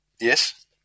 Yes